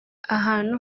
ahantu